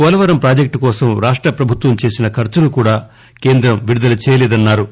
పోలవరం ప్రాజెక్టుకోసం రాష్టప్రభుత్వం చేసిన ఖర్చును కూడా కేంద్రం విడుదల చేయలేదన్నా రు